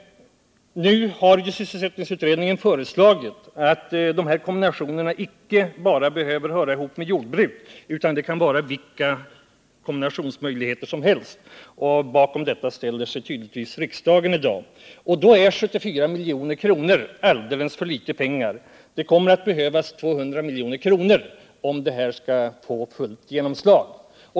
Nu har sysselsättningsutredningen föreslagit att de här kombinationerna icke bara behöver höra ihop med jordbruk, utan det kan vara vilka kombinationsmöjligheter som helst. Bakom detta förslag ställer sig tydligen riksdagen i dag. Då är 74 milj.kr. alldeles för litet pengar. Det kommer att behövas 200 milj.kr. om riksdagsbeslutet skall få fullt genomslag.